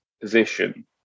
position